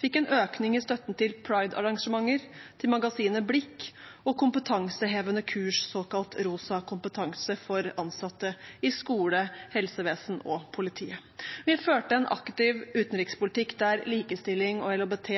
fikk en økning i støtten til Pride-arrangementer, til magasinet Blikk og kompetansehevende kurs, såkalt Rosa kompetanse, for ansatte i skole, helsevesen og politi. Vi førte en aktiv utenrikspolitikk der likestilling og LHBT